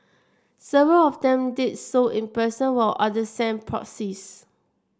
several of them did so in person while other sent proxies